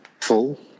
full